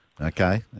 Okay